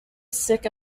sick